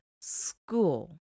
school